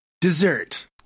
dessert